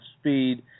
speed